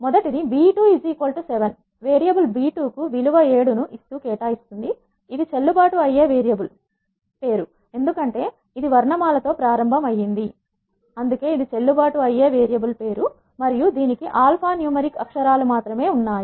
మొదటిది b27 variable b2 కు 7 విలువ ను ఇస్తూ కేటాయిస్తుంది ఇది చెల్లు బాటు అయ్యే వేరియబుల్ పేరు ఎందుకంటే ఇది వర్ణమాల తో ప్రారంభం అయింది మరియు దీనికి ఆల్ఫా న్యూమరిక్ అక్షరాలు మాత్రమే ఉన్నాయి